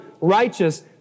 righteous